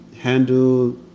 handle